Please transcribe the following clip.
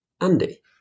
Andy